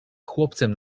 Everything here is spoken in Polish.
chłopcem